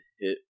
hit